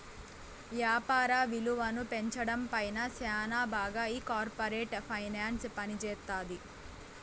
యాపార విలువను పెంచడం పైన శ్యానా బాగా ఈ కార్పోరేట్ ఫైనాన్స్ పనిజేత్తది